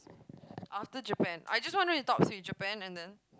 after Japan I just want you to talk so in Japan and then